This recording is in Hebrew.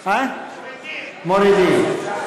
מורידים.